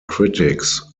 critics